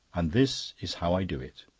and this is how i do it.